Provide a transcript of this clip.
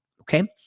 okay